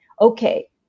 okay